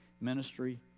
ministry